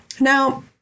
Now